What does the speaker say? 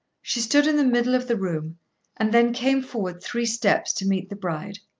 she stood in the middle of the room and then came forward three steps to meet the bride.